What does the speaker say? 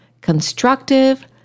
constructive